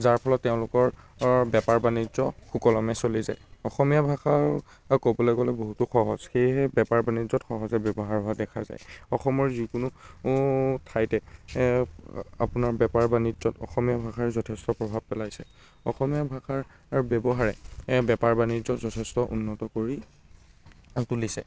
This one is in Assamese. যাৰ ফলত তেওঁলোকৰ বেপাৰ বাণিজ্য সুকলমে চলি যায় অসমীয়া ভাষাও ক'বলৈ গ'লে বহুতো সহজ সেয়েহে বেপাৰ বাণিজ্যত সহজে ব্যৱহাৰ কৰা দেখা যায় অসমৰ যিকোনো ঠাইতে আপোনাৰ বেপাৰ বাণিজ্যত অসমীয়া ভাষাৰ যথেষ্ট প্ৰভাৱ পেলাইছে অসমীয়া ভাষাৰ ব্যৱহাৰে বেপাৰ বাণিজ্যত যথেষ্ট উন্নত কৰি তুলিছে